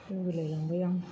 लुगैलायलांबाय आं